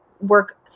work